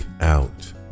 out